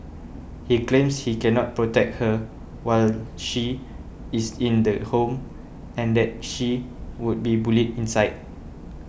he claims he cannot protect her while she is in the home and that she would be bullied inside